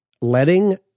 letting